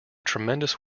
tremendous